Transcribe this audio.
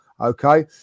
Okay